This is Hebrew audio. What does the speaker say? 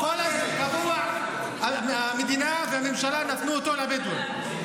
כל הזמן, קבוע, המדינה והממשלה נתנו אותו לבדואים.